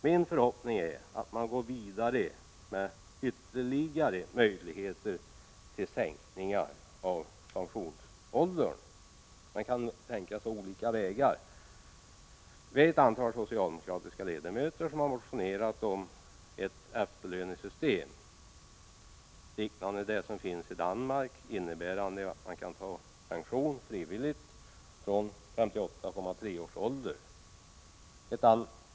Min förhoppning är att man går vidare och undersöker möjligheterna att ytterligare sänka pensionsåldern. Man kan då tänka sig olika vägar. Vi är ett antal socialdemokratiska ledamöter som har motionerat om ett efterlönesystem liknande det som finns i Danmark och som innebär att man kan ta pension frivilligt från 58,3 års ålder.